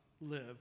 live